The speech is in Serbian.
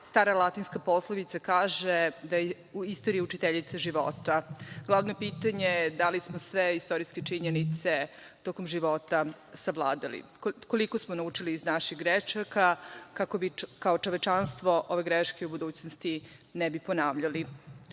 stara latinska poslovica kaže - Istorija je učiteljica života. Glavno pitanje je da li smo sve istorijske činjenice tokom života savladali, koliko smo naučili iz naših grašaka kako bi kao čovečanstvo ove greške u budućnosti ne bi ponavljali?